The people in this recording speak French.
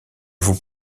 vous